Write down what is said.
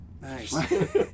Nice